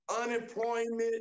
Unemployment